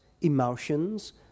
emotions